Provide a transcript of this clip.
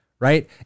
Right